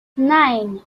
nine